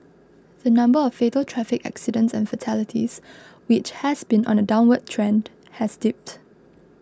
the number of fatal traffic accidents and fatalities which has been on a downward trend has dipped